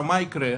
מה יקרה?